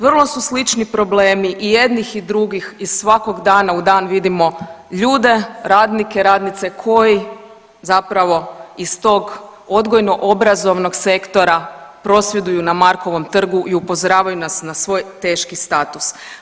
Vrlo su slični problemi i jednih i drugih i svakog dana u dan vidimo ljude, radnike, radnice koji zapravo iz tog odgojno obrazovnog sektora prosvjeduju na Markovom trgu i upozoravaju nas na svoj teški status.